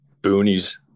boonies